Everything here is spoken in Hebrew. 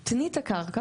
״תני את הקרקע,